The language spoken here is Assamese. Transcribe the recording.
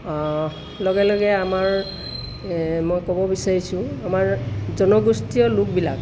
লগে লগে আমাৰ মই ক'ব বিচাৰিছো আমাৰ জনগোষ্ঠীয় লোকবিলাক